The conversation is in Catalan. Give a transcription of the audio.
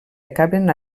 acaben